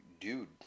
Dude